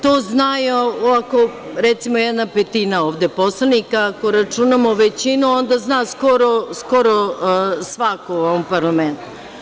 To znaju, ovako, recimo, jedna petina ovde poslanika, ako računamo većinu, onda zna skoro svako u ovom parlamentu.